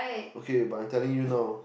okay but I'm telling you know